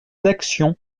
d’action